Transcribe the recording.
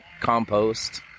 compost